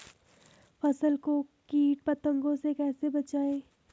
फसल को कीट पतंगों से कैसे बचाएं?